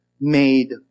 made